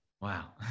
wow